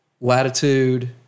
latitude